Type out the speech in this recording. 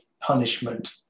punishment